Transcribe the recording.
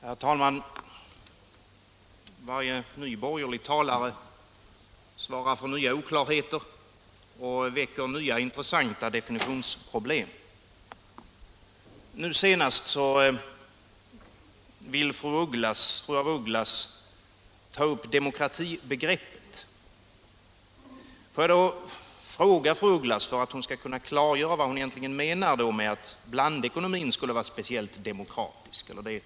Herr talman! Varje ny borgerlig talare svarar för nya oklarheter och väcker nya intressanta definitionsproblem. Nu senast ville fru af Ugglas ta upp demokratibegreppet. Får jag då fråga fru af Ugglas, för att hon skall kunna klargöra vad hon egentligen menar: Vad är det fru af Ugglas avser när fru af Ugglas säger att blandekonomin skulle vara speciellt demokratisk?